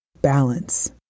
Balance